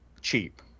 cheap